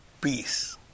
peace